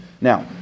Now